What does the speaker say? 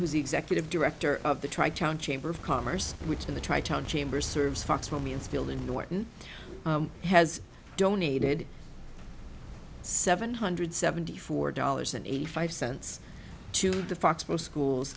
who's the executive director of the tri town chamber of commerce which in the chambers serves fox mommy instilled in norton has donated seven hundred seventy four dollars and eighty five cents to the foxboro schools